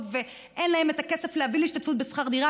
ואין להן את הכסף להביא להשתתפות בשכר דירה,